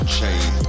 Chain